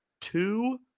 two